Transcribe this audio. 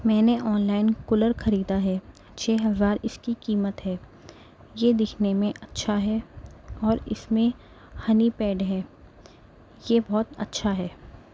میں نے online cooler خریدا ہے چھ ہزار اس کی قیمت ہے یہ دکھنے میں اچھا ہے اور اس میں ہنی پیڈ ہے یہ بہت اچھا ہے